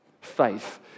faith